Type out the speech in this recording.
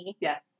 Yes